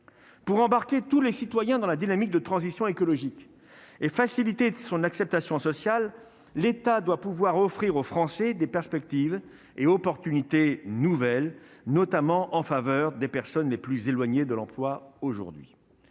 pour embarquer tous les citoyens dans la dynamique de transition écologique et faciliter de son acceptation sociale, l'État doit pouvoir offrir aux Français des perspectives et opportunités nouvelles, notamment en faveur des personnes les plus éloignées de l'emploi aujourd'hui,